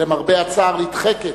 שלמרבה הצער נדחקת,